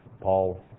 Paul